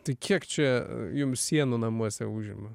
tai kiek čia jums sienų namuose užima